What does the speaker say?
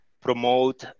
promote